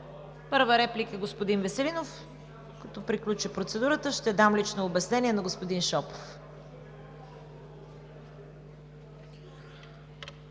Първа реплика – господин Веселинов. Като приключи процедурата ще дам лично обяснение на господин Шопов.